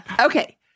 Okay